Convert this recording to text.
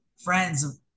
friends